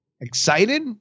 excited